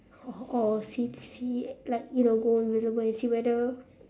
oh see see like you will go invisible and see whether